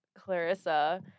Clarissa